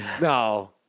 no